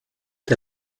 der